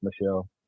Michelle